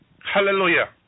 Hallelujah